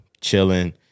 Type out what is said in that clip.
chilling